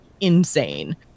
insane